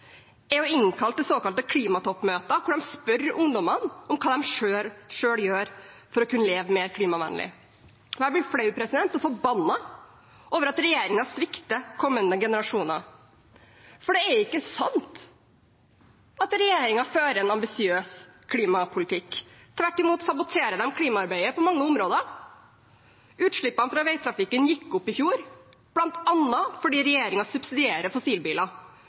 såkalte klimatoppmøter der de spør ungdommene om hva de selv gjør for å leve mer klimavennlig. Jeg blir flau og forbannet over at regjeringen svikter kommende generasjoner. For det er ikke sant at regjeringen fører en ambisiøs klimapolitikk. Tvert imot saboterer de klimaarbeidet på mange områder. Utslippene fra veitrafikken gikk opp i fjor, bl.a. fordi regjeringen subsidierer fossilbiler.